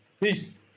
Peace